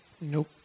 Nope